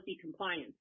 compliance